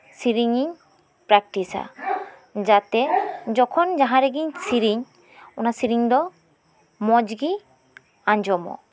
ᱥᱮᱨᱮᱧᱤᱧ ᱯᱨᱮᱠᱴᱤᱥᱟ ᱡᱟᱛᱮ ᱡᱚᱠᱷᱚᱱ ᱡᱟᱦᱟᱸ ᱨᱮᱜᱮᱧ ᱥᱮᱨᱮᱧ ᱚᱱᱟ ᱥᱮᱨᱮᱧ ᱫᱚ ᱢᱚᱸᱡᱽ ᱜᱮ ᱟᱸᱡᱚᱢᱚᱜ